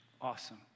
awesome